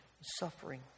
suffering